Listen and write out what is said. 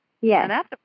Yes